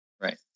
Right